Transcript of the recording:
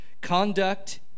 Conduct